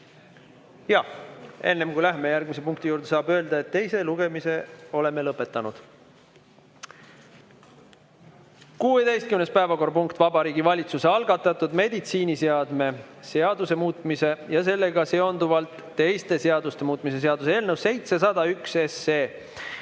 Aga, enne kui läheme järgmise punkti juurde, saab öelda, et teise lugemise oleme lõpetanud. 16. päevakorrapunkt: Vabariigi Valitsuse algatatud meditsiiniseadme seaduse muutmise ja sellega seonduvalt teiste seaduste muutmise seaduse eelnõu 701,